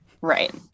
right